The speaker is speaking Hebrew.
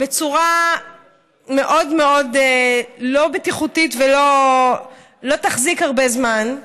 בצורה מאוד מאוד לא בטיחותית, שלא תחזיק הרבה זמן.